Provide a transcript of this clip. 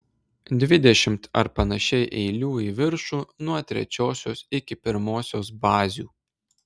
dvidešimt ar panašiai eilių į viršų nuo trečiosios iki pirmosios bazių